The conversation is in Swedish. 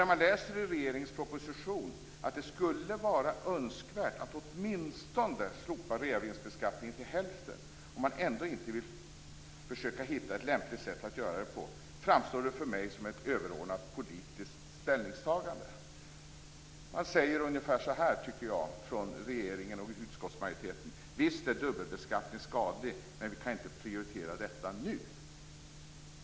Man kan läsa i regeringens proposition att det skulle vara önskvärt att åtminstone slopa reavinstbeskattningen till hälften, men man vill ändå inte försöka hitta en lämpligt sätt att göra det på. Det framstår för mig som ett överordnat politiskt ställningstagande. Jag tycker att regeringen och utskottsmajoriteten säger ungefär så här: Visst, är dubbelbeskattning skadlig, men vi kan inte prioritera detta nu.